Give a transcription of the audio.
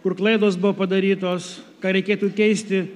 kur klaidos buvo padarytos ką reikėtų keisti